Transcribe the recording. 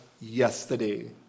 yesterday